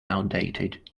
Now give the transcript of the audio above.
outdated